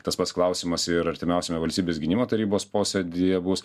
tas pats klausimas ir artimiausiame valstybės gynimo tarybos posėdyje bus